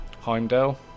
Heimdall